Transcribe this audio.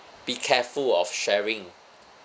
be careful of sharing